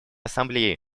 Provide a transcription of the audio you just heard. ассамблеи